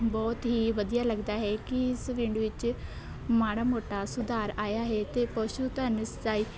ਬਹੁਤ ਹੀ ਵਧੀਆ ਲੱਗਦਾ ਹੈ ਕਿ ਇਸ ਪਿੰਡ ਵਿੱਚ ਮਾੜਾ ਮੋਟਾ ਸੁਧਾਰ ਆਇਆ ਹੈ ਅਤੇ ਪਸ਼ੂ ਧਨ ਸਿੰਚਾਈ